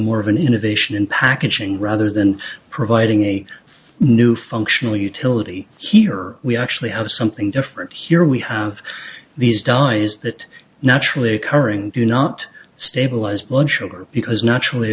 more of an innovation in packaging rather than providing a new functional utility here we actually have something different here we have these dyes that naturally occurring do not stabilized blood sugar because naturally